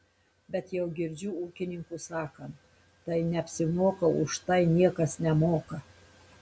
bet jau girdžiu ūkininkus sakant tai neapsimoka už tai niekas nemoka